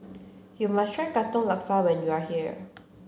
you must try Katong Laksa when you are here